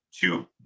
two